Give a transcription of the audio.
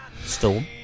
Storm